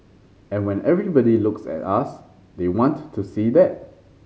and when everybody looks at us they want to to see that